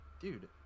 dude